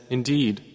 Indeed